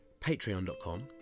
patreon.com